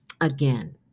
Again